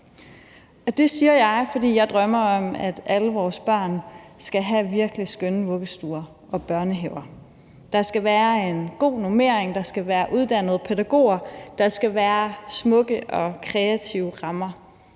Det siger jeg, fordi jeg drømmer om, at alle vores børn skal have virkelig skønne vuggestuer og børnehaver. Der skal være en god normering, der skal være uddannede pædagoger, der skal være smukke og kreative rammer.